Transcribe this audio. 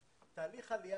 לא לוקח חצי שנה.